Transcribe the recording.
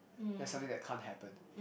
that's something that can't happen